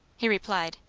he replied.